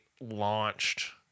launched